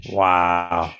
wow